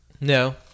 No